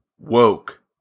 woke